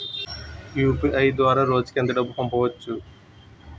UPI ద్వారా రోజుకి ఎంత డబ్బు పంపవచ్చు?